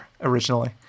originally